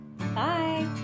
Bye